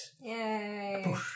Yay